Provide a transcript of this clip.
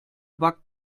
backt